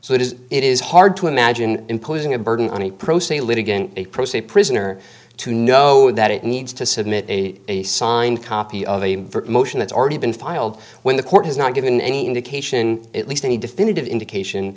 that is it is hard to imagine imposing a burden on a pro se litigant a pro se prisoner to know that it needs to submit a a signed copy of a motion that's already been filed when the court has not given any indication at least any definitive indication